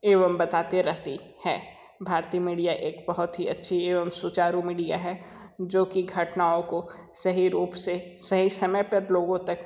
एवं बताते रहती है भारतीय मीडिया एक बहुत ही अच्छी एवं सुचारु मीडिया है जो की घटनाओं को सही रूप से सही समय पर लोगों तक